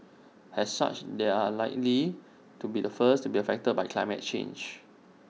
as such they are likely to be the first to be affected by climate change